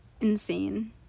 insane